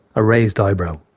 a raised eyebrow.